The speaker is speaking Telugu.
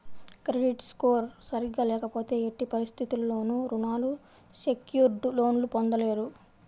క్రెడిట్ స్కోర్ సరిగ్గా లేకపోతే ఎట్టి పరిస్థితుల్లోనూ రుణాలు సెక్యూర్డ్ లోన్లు పొందలేరు